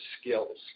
skills